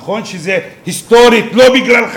נכון שהיסטורית זה לא בגללך,